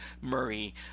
Murray